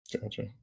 Gotcha